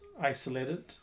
isolated